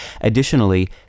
Additionally